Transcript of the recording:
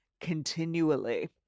continually